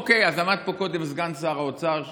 אוקיי, אז עמד פה קודם סגן שר האוצר ויצא,